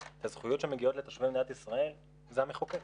את הזכויות שמגיעות לתושבי מדינת ישראל זה המחוקק.